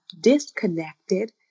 disconnected